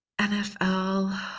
NFL